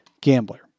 gambler